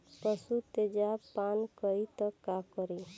पशु तेजाब पान करी त का करी?